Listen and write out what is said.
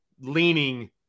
leaning